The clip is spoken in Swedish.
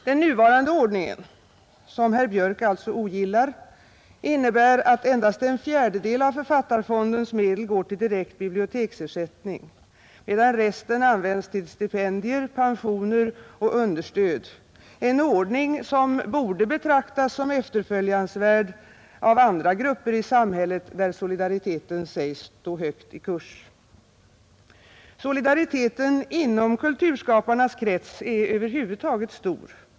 Den nuvarande ordningen, som herr Björk alltså ogillar, innebär att endast en fjärdedel av författarfondens medel går till direkt biblioteksersättning, medan resten används till stipendier, pensioner och understöd — en ordning som borde betraktas som efterföljansvärd av andra grupper i samhället, där solidariteten sägs stå högt i kurs. Solidariteten inom kulturskaparnas krets är över huvud taget stor.